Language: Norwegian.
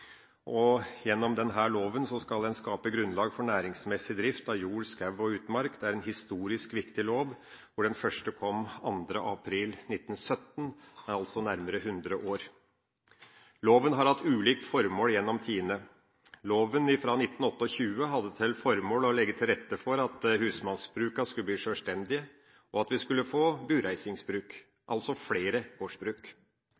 utmark. Gjennom denne loven skal en skape grunnlag for næringsmessig drift av jord, skog og utmark. Det er en historisk viktig lov. Den første kom 2. april 1917, så den er altså nærmere 100 år. Loven har hatt ulike formål gjennom tidene. Loven fra 1928 hadde som formål å legge til rette for at husmannsbrukene skulle bli selvstendige og at vi skulle få